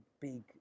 big